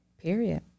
Period